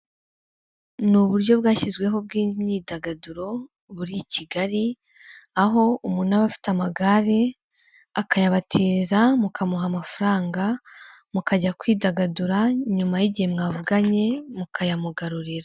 Ni uburyo bwashyizweho bw'imyidagaduro, buri kigali aho umuntu aba afite amagare akayabatiza, mukamuha amafaranga mukajya kwidagadura nyuma y'igihe mwavuganye, mukayamugarurira.